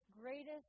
greatest